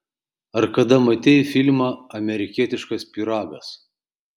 ar kada matei filmą amerikietiškas pyragas